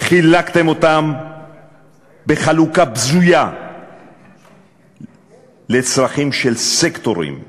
חילקתם אותם בחלוקה בזויה לצרכים של סקטורים.